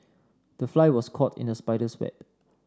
the fly was caught in the spider's web